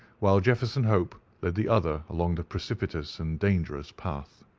while jefferson hope led the other along the precipitous and dangerous path.